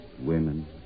women